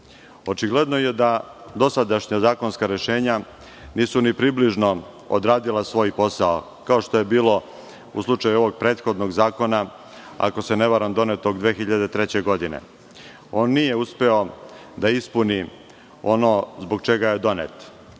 trenutku. Očigledno je da dosadašnja zakonska rešenja nisu ni približno odradila svoj posao, kao što je bilo u slučaju ovog prethodnog zakona, ako se ne varam donetog 2003. godine. On nije uspeo da ispuni ono zbog čega je donet,